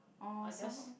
orh so what